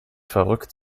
verrückt